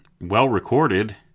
well-recorded